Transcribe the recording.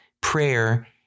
prayer